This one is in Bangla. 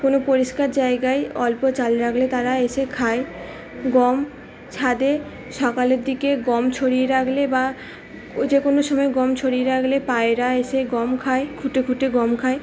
কোনো পরিষ্কার জায়গায় অল্প চাল রাখলে তারা এসে খায় গম ছাদে সকালের দিকে গম ছড়িয়ে রাখলে বা ঐ যে কোনো সময় গম ছড়িয়ে রাখলে পায়রা এসে গম খায় খুঁটে খুঁটে গম খায়